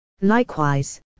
Likewise